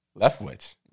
Leftwich